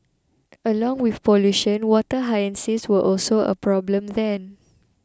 along with pollution water hyacinths were also a problem then